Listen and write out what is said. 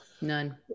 None